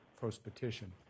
post-petition